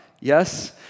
yes